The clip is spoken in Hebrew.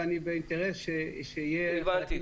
ואני באינטרס שיהיה --- הבנתי.